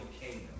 kingdom